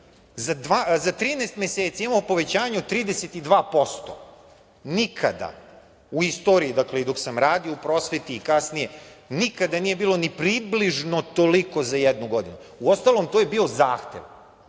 za 13 meseci imamo povećanje od 32%. Nikada u istoriji, i dok sam radio u prosveti i kasnije, nikada nije bilo ni približno toliko za jednu godinu. Uostalom, to je bio zahtev.